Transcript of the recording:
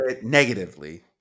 negatively